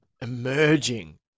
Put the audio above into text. emerging